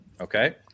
Okay